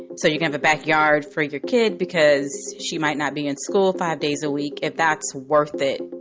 so you have a backyard for your kid because she might not be in school five days a week, if that's worth it